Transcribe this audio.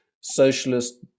socialist